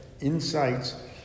insights